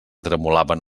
tremolaven